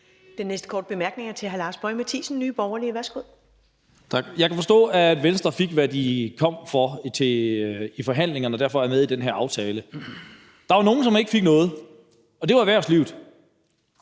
Den næste korte bemærkning er fra hr. Lars Boje Mathiesen, Nye Borgerlige. Værsgo. Kl. 20:05 Lars Boje Mathiesen (NB): Jeg kan forstå, at Venstre fik, hvad de kom efter i forhandlingerne, og derfor er med i den her aftale. Der er jo nogle, som ikke fik noget, og det er erhvervslivet.